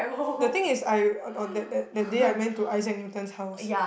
the thing is I on on that that that day I went to Issac-Newton's house